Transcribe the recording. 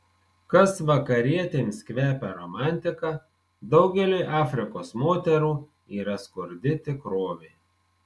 kas vakarietėms kvepia romantika daugeliui afrikos moterų yra skurdi tikrovė